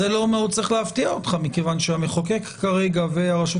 זה לא צריך להפתיע אותך מכיוון שהמחוקק כרגע והרשות